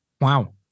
wow